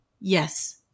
yes